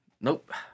Nope